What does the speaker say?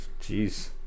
Jeez